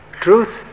Truth